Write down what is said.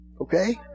Okay